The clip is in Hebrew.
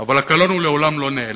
אבל הקלון, הוא לעולם לא נעלם.